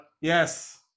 Yes